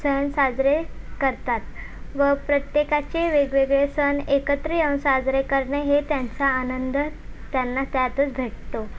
सण साजरे करतात व प्रत्येकाचे वेगवेगळे सण एकत्र येऊन साजरे करणे हे त्यांचा आनंद त्यांना त्यातच भेटतो